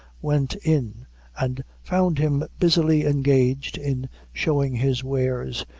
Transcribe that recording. went in and found him busily engaged in showing his wares,